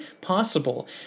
possible